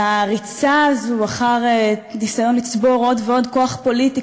לריצה הזאת אחר ניסיון לצבור עוד ועוד כוח פוליטי,